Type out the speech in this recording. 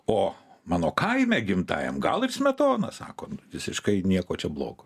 o mano kaime gimtajam gal ir smetona sakom visiškai nieko čia blogo